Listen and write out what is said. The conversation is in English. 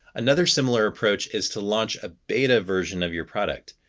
another similar approach is to launch a beta version of your product.